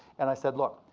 and i said, look,